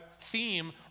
theme